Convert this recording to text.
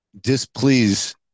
displease